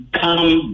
come